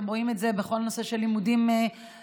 אתם רואים את זה בכל נושא של לימודים אקדמיים